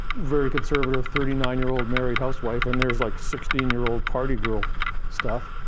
very conservative thirty nine year old married housewife, and there's like sixteen year old party girl stuff.